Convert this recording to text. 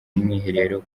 mwiherero